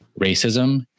racism